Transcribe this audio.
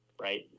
right